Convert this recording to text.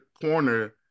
corner